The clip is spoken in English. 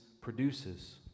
produces